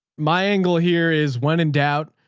my angle here is when in doubt,